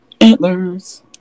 Antlers